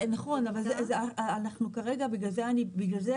זה נכון אבל אנחנו כרגע בגלל זה בקשנו,